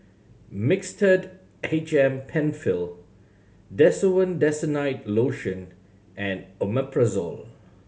Mixtard H M Penfill Desowen Desonide Lotion and Omeprazole